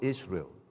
Israel